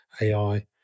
AI